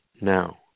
now